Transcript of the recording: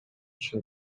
ушул